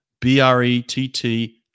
B-R-E-T-T